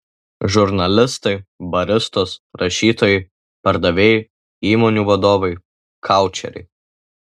žurnalistai baristos rašytojai pardavėjai įmonių vadovai koučeriai